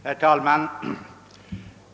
Herr talman!